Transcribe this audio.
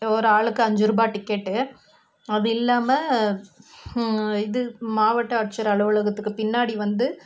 ஒரு ஆளுக்கு ஐந்து ரூபாய் டிக்கெட்டு அது இல்லாமல் இது மாவட்ட ஆட்சியர் அலுவலகத்துக்கு பின்னாடி வந்து